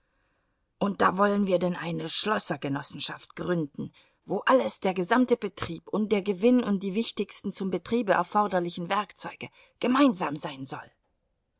und da wollen wir denn eine schlossergenossenschaft gründen wo alles der gesamte betrieb und der gewinn und die wichtigsten zum betriebe erforderlichen werkzeuge gemeinsam sein soll